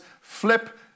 Flip